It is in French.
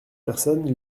personnes